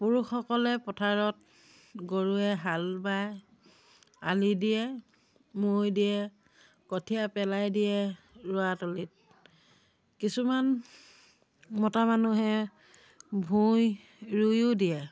পুৰুষসকলে পথাৰত গৰুৱে হাল বাই আলি দিয়ে মৈ দিয়ে কঠীয়া পেলাই দিয়ে ৰোৱাতলিত কিছুমান মতা মানুহে ভুই ৰুইও দিয়ে